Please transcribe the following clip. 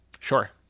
Sure